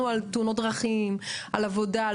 אני מאוד מזדהה עם העמדה שהצגת,